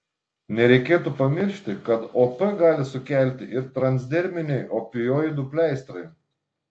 nereikėtų pamiršti kad op gali sukelti ir transderminiai opioidų pleistrai